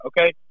Okay